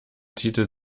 titel